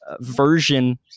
version